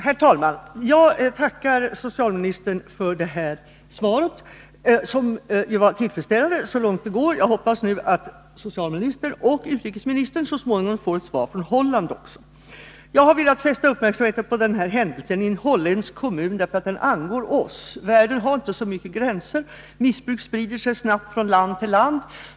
Herr talman! Jag tackar socialministern för det här svaret, som är så tillfredsställande som det är möjligt. Jag hoppas att socialministern och utrikesministern så småningom får ett svar från Holland. Jag har velat fästa uppmärksamheten på den aktuella händelsen i en holländsk kommun därför att den angår oss. Världens länder är inte så rigoröst åtskilda. Missbruk sprider sig snabbt från land till land.